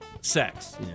Sex